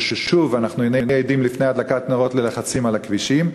כששוב נהיה עדים לפני הדלקת נרות ללחצים על הכבישים.